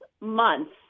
months